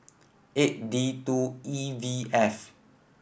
eight D two E V F